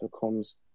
becomes